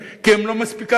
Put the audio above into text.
כי הם לא מספיק מתוחכמים,